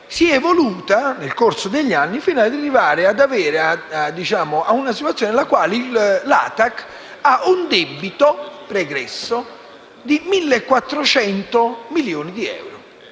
si è evoluta nel corso degli anni fino ad arrivare a quella attuale, che vede l'ATAC con un debito pregresso di 1.400 milioni di euro.